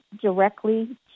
directly